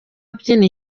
abyina